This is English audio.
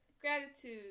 Gratitude